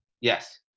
Yes